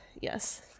Yes